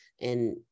and-